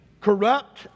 corrupt